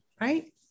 right